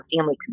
family